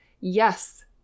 Yes